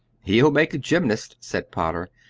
he'll make a gymnast, said potter,